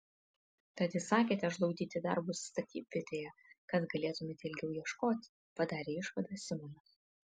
tad įsakėte žlugdyti darbus statybvietėje kad galėtumėte ilgiau ieškoti padarė išvadą simonas